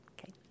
Okay